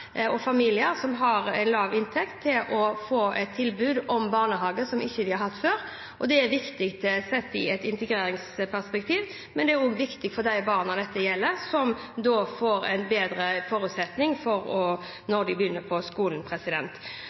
og familier som har lav inntekt, til å få et tilbud om barnehage som de ikke har hatt før. Det er viktig sett i et integreringsperspektiv, og det er viktig for de barna dette gjelder, som da har bedre forutsetninger når de begynner på skolen.